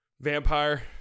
Vampire